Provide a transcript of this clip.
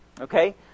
Okay